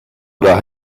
oder